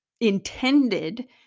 intended